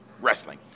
wrestling